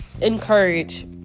encourage